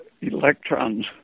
electrons